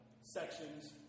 sections